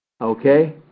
Okay